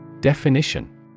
Definition